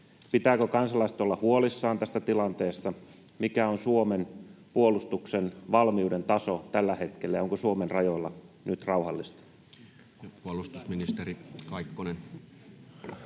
Pitääkö kansalaisten olla huolissaan tästä tilanteesta? Mikä on Suomen puolustuksen valmiuden taso tällä hetkellä, ja onko Suomen rajoilla nyt rauhallista? [Speech 395] Speaker: